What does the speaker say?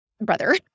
brother